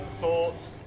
Thoughts